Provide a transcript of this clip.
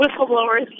whistleblowers